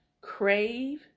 crave